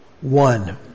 one